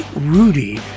rudy